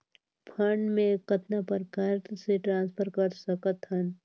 Fund मे कतना प्रकार से ट्रांसफर कर सकत हन?